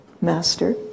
master